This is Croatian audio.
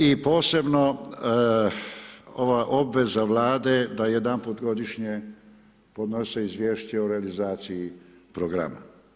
I posebno ova obveza Vlade da jedanput godišnje podnose Izvješće o realizaciji programa.